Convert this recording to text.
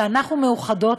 כשאנחנו מאוחדות,